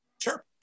sure